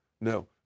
No